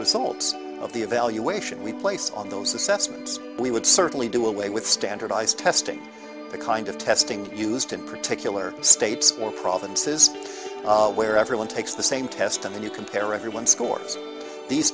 results of the evaluation we place on those assessments we would certainly do away with standardized testing the kind of testing used in particular states for provinces where everyone takes the same test and then you compare everyone scores these